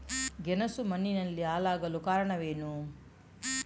ಗೆಣಸು ಮಣ್ಣಿನಲ್ಲಿ ಹಾಳಾಗಲು ಕಾರಣವೇನು?